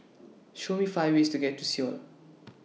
Show Me five ways to get to Seoul